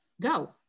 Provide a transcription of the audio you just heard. go